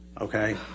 Okay